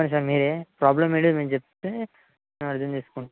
చెప్పండి సార్ మీరే ప్రాబ్లమ్ ఏంటో మేము చెప్తే మేము అర్దం చేసుకుంటాం